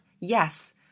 Yes